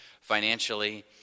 financially